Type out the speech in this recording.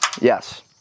Yes